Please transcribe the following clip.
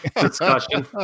discussion